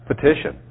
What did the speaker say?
petition